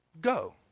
go